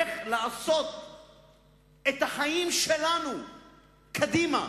איך לעשות את החיים שלנו קדימה